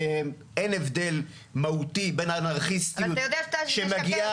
אין הבדל מהותי בין אנרכיסטיות שמגיעה